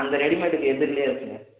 அந்த ரெடிமெட்டுக்கு எதிர்லையே இருக்குங்க